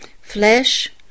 Flesh